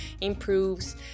improves